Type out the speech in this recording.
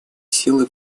силы